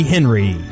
Henry